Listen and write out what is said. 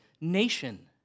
nation